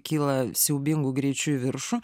kyla siaubingu greičiu į viršų